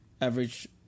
average